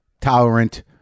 tolerant